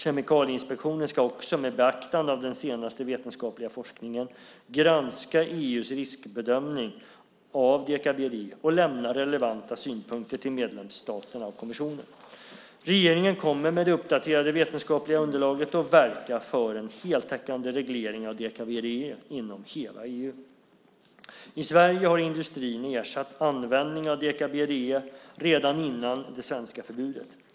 Kemikalieinspektionen ska också, med beaktande av den senaste vetenskapliga forskningen, granska EU:s riskbedömning av deka-BDE och lämna relevanta synpunkter till medlemsstaterna och kommissionen. Regeringen kommer med det uppdaterade vetenskapliga underlaget att verka för en heltäckande reglering av deka-BDE inom hela EU. I Sverige har industrin ersatt användning av deka-BDE redan innan det svenska förbudet.